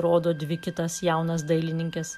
rodo dvi kitas jaunas dailininkes